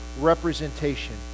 representation